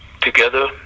together